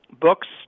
books